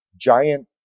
giant